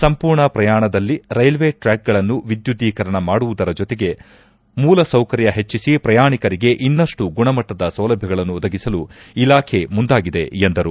ಸಂಪೂರ್ಣ ಪ್ರಮಾಣದಲ್ಲಿ ರೈಲ್ವೆ ಟ್ರಾಕ್ಗಳನ್ನು ವಿದ್ಯುದ್ದೀಕರಣ ಮಾಡುವುದರ ಜೊತೆ ಮೂಲಸೌಕರ್ ಹೆಚ್ಚಿಸಿ ಪ್ರಯಾಣಿಕರಿಗೆ ಇನ್ನಷ್ಟು ಗುಣಮಟ್ಟದ ಸೌಲಭ್ಯಗಳನ್ನು ಒದಗಿಸಲು ಇಲಾಖೆ ಮುಂದಾಗಿದೆ ಎಂದರು